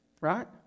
right